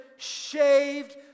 shaved